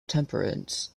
temperaments